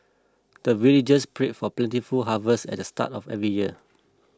the villagers pray for plentiful harvest at the start of every year